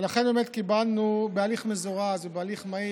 ולכן באמת קיבלנו בהליך מזורז ובהליך מהיר,